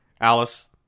Alice